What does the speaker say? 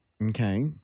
Okay